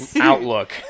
outlook